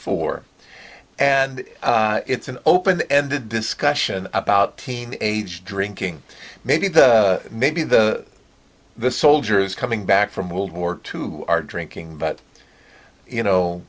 four and it's an open ended discussion about teen age drinking maybe maybe the the soldiers coming back from world war two are drinking but you know